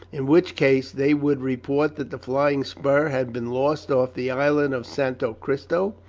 in which case they would report that the flying spur had been lost off the island of santo cristo,